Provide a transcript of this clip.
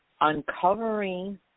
uncovering